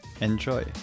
Enjoy